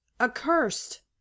accursed